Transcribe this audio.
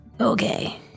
Okay